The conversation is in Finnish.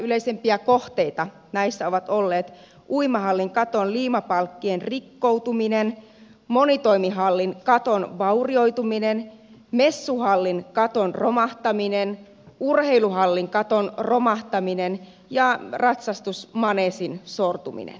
yleisimpiä kohteita näissä ovat olleet uimahallin katon liimapalkkien rikkoutuminen monitoimihallin katon vaurioituminen messuhallin katon romahtaminen urheiluhallin katon romahtaminen ja ratsastusmaneesin sortuminen